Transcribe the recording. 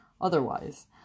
otherwise